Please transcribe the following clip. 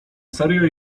serio